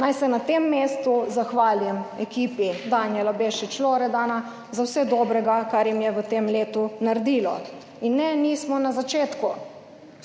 Naj se na tem mestu zahvalim ekipi Danijela Bešič Loredana za vse dobrega, kar jim je v tem letu naredilo. In ne, nismo na začetku,